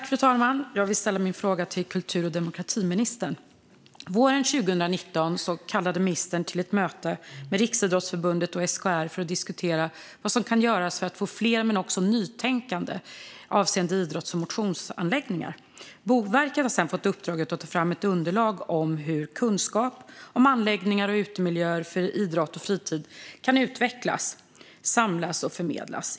Fru talman! Jag vill ställa min fråga till kultur och demokratiministern. Våren 2019 kallade ministern till ett möte med Riksidrottsförbundet och SKR för att diskutera vad som kan göras för att få fler idrotts och motionsanläggningar samt nytänkande avseende dessa. Boverket har sedan, enligt ministern, fått uppdraget att ta fram ett underlag för hur kunskap om anläggningar och utemiljöer för idrott och fritid kan utvecklas, samlas och förmedlas.